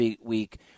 week